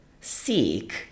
seek